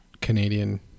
Canadian